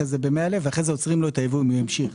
אחרי זה ב-100,000 ואז עוצרים לו את הייבוא אם ממשיך.